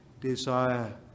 desire